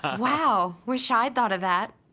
ah wow! wish i'd thought of that!